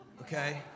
okay